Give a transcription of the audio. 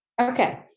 Okay